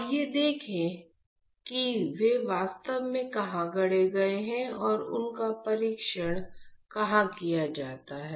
आइए देखें कि वे वास्तव में कहां गाढ़े गए हैं और उनका परीक्षण कहां किया जाता है